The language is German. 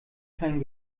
kein